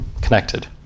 connected